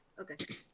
Okay